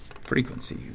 frequency